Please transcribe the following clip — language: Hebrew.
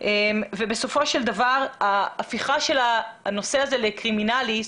ובסופו של דבר ההפיכה של הנושא הזה לקרימינלי,